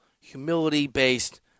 Humility-Based